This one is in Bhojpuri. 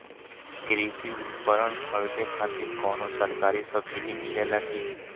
कृषी उपकरण खरीदे खातिर कउनो सरकारी सब्सीडी मिलेला की?